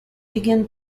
began